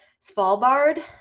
Svalbard